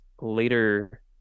later